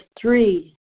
three